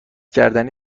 گردنی